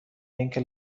اینکه